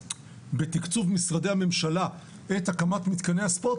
בתקצוב משרדי הממשלה את הקמת מתקני הספורט,